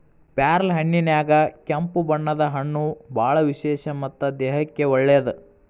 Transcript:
ಪ್ಯಾರ್ಲಹಣ್ಣಿನ್ಯಾಗ ಕೆಂಪು ಬಣ್ಣದ ಹಣ್ಣು ಬಾಳ ವಿಶೇಷ ಮತ್ತ ದೇಹಕ್ಕೆ ಒಳ್ಳೇದ